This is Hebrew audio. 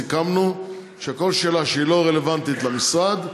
סיכמנו שכל שאלה שהיא לא רלוונטית למשרד,